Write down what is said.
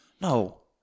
No